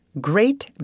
Great